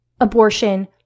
abortion